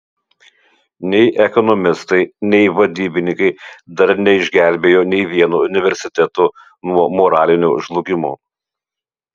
nei ekonomistai nei vadybininkai dar neišgelbėjo nei vieno universiteto nuo moralinio žlugimo